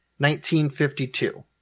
1952